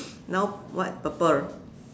now what purple